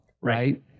right